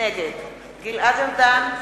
נגד גלעד ארדן,